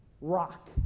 Rock